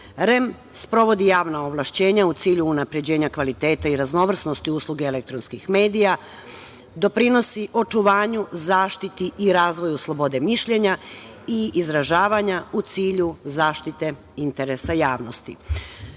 REM sprovodi javna ovlašćenja u cilju unapređenja kvaliteta i raznovrsnosti usluge elektronskih medija, doprinosi očuvanju, zaštiti i razvoju slobode mišljenja i izražavanja u cilju zaštite interesa javnosti.U